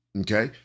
okay